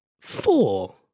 Four